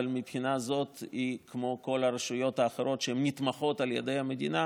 אבל מבחינה זו היא כמו כל הרשויות האחרות שנתמכות על ידי המדינה.